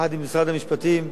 יחד עם משרד המשפטים,